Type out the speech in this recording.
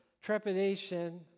trepidation